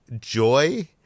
joy